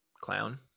Clown